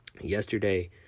Yesterday